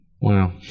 Wow